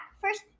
first